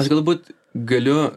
aš galbūt galiu